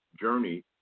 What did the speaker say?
Journey